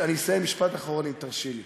אני אסיים, משפט אחרון, אם תרשי לי.